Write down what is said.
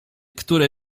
które